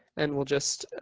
and we'll just